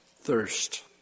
thirst